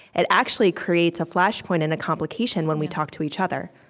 it actually creates a flashpoint and a complication when we talk to each other